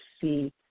see